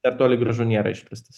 dar toli gražu nėra išpręstas